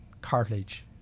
cartilage